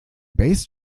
bass